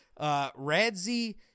Radzi